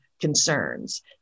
concerns